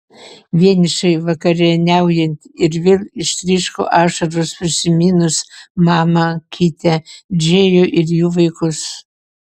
vienišai vakarieniaujant ir vėl ištryško ašaros prisiminus mamą kitę džėjų ir jų vaikus